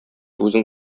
үзең